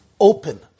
open